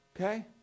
okay